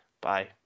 Bye